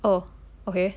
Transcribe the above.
oh okay